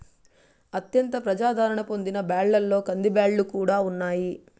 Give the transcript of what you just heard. అత్యంత ప్రజాధారణ పొందిన బ్యాళ్ళలో కందిబ్యాల్లు కూడా ఉన్నాయి